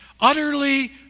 Utterly